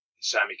Sammy